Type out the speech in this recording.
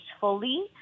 fully